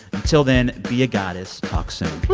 until then, be a goddess. talk soon